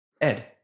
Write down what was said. Ed